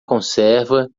conserva